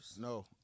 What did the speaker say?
No